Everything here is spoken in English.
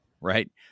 right